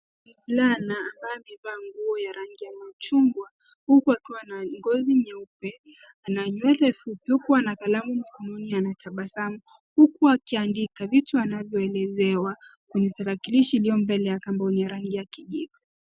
Mvulana ambaye amevaa nguo ya rangi ya machungwa huku akiwa na ngozi nyeupe, ana nywele fupi huku ana kalamu mkononi anatabasamu huku akiandika vitu anavyoelezewa kwenye tarakilishi iliyo mbele yake ambao ni rangi ya kijivu.